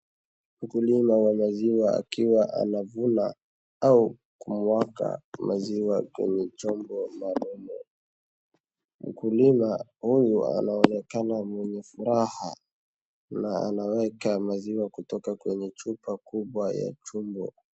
Mkulima wamaziwa akiwa anavuna au kumwaga maziwa kwenye chombo maalum. Mkulima huyu anaonekana mwenye furaha na anaweka maziwa kutoka kwenye chupa kubwa ya chumbo.